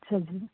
ਅੱਛਾ ਜੀ